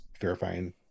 verifying